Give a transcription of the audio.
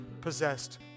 possessed